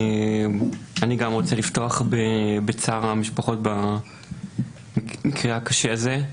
אני גם רוצה לפתוח בצער המשפחות במקרה הקשה הזה.